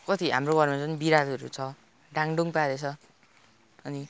कति हाम्रो घरमा झन् बिरालोहरू छ डाङ्डुङ पारेछ अनि